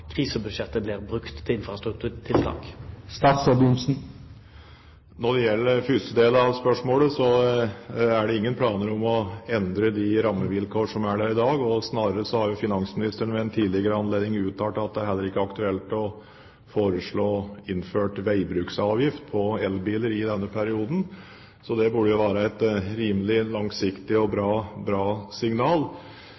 krisebudsjettet blir brukt til infrastrukturtiltak. Når det gjelder første del av spørsmålet, er det ingen planer om å endre de rammevilkår som er der i dag. Snarere har finansministeren ved en tidligere anledning uttalt at det heller ikke er aktuelt å foreslå å innføre veibruksavgift på elbiler i denne perioden. Så det burde jo være et rimelig langsiktig og bra